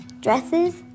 dresses